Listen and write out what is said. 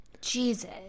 Jesus